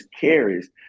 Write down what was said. carries